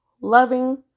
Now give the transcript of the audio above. loving